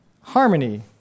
Harmony